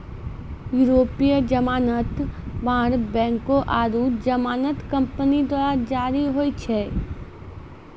यूरोपीय जमानत बांड बैंको आरु जमानत कंपनी द्वारा जारी होय छै